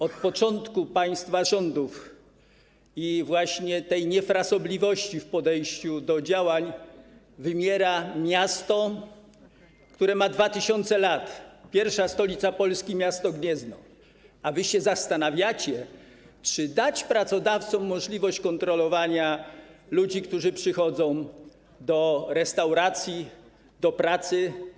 Od początku państwa rządów i właśnie tej niefrasobliwości w podejściu do działań wymiera miasto, które ma 2000 lat, pierwsza stolica Polski, miasto Gniezno, a wy się zastanawiacie, czy dać pracodawcom możliwość kontrolowania ludzi, którzy przychodzą do restauracji, do pracy.